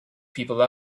people